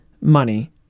money